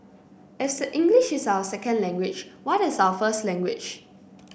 is English is our second language what is our first language